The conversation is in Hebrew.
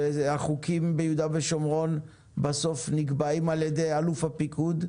והחוקים ביהודה ושומרון בסוף נקבעים על ידי אלוף הפיקוד,